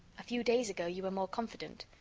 a few days ago, you were more confident.